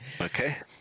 okay